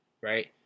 right